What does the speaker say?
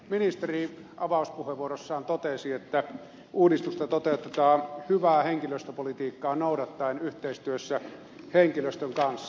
ministeri avauspuheenvuorossaan totesi että uudistusta toteutetaan hyvää henkilöstöpolitiikkaa noudattaen yhteistyössä henkilöstön kanssa